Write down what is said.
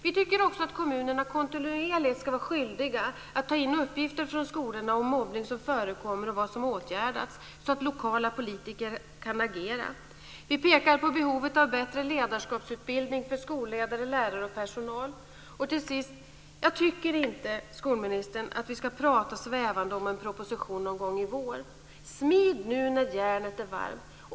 Vi tycker också att kommunerna kontinuerligt ska vara skyldiga att ta in uppgifter från skolorna om mobbning som förekommer och om vad som åtgärdats, så att lokala politiker kan agera. Vi pekar på behovet av bättre ledarskapsutbildning för skolledare, lärare och personal. Till sist: Jag tycker inte, skolministern, att vi ska prata svävande om en proposition någon gång i vår. Smid nu när järnet är varmt!